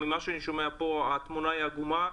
ממה שאני שומע פה, התמונה עגומה.